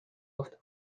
گفت